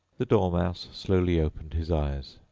the dormouse slowly opened his eyes.